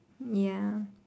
ya